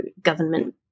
government